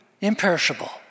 imperishable